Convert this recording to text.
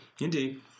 indeed